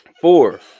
four